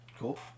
Cool